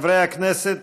חברי הכנסת,